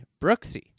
Brooksy